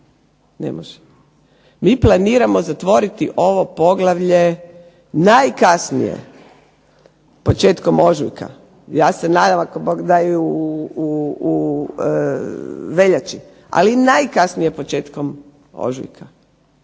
Mi planiramo zatvoriti ovo poglavlje najkasnije početkom ožujka. Ja se nadam ako Bog da i u veljači, ali najkasnije početkom ožujka.